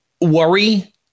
worry